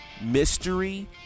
mystery